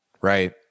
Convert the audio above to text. right